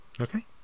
Okay